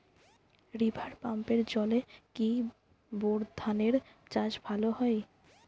River পাম্পের জলে কি বোর ধানের চাষ ভালো হয়?